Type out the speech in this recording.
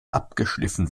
abgeschliffen